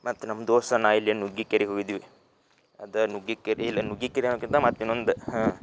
ಮತ್ತೆ ನಮ್ದೋಸ್ತಾ ನಾ ಇಲ್ಲಿ ನುಗ್ಗಿಕೆರಿಗೆ ಹೋಗಿದ್ವಿ ಅದ ನುಗ್ಗಿಕೆರಿ ಇಲ್ಲಾ ನುಗ್ಗಿಕೆರಿ ಅನ್ನುಕಿಂತ ಮತ್ತೆ ಇನ್ನೊಂದು